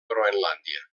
groenlàndia